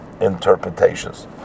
interpretations